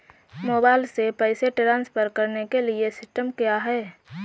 Mobile से पैसे transfer करने के लिए सिस्टम क्या है?